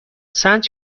سنج